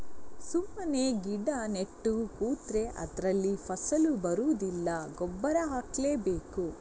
ಸುಮ್ಮನೆ ಗಿಡ ನೆಟ್ಟು ಕೂತ್ರೆ ಅದ್ರಲ್ಲಿ ಫಸಲು ಬರುದಿಲ್ಲ ಗೊಬ್ಬರ ಹಾಕ್ಲೇ ಬೇಕು